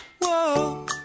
whoa